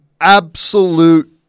absolute